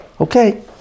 Okay